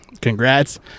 congrats